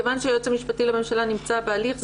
כיוון שהיועץ המשפטי לממשלה נמצא בהליך,